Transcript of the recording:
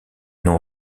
nom